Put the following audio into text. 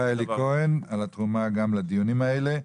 תודה לך אלי כהן על התרומה גם לדיונים האלה.